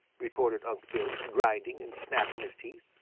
retorted unc' billy, grinding and snapping his teeth.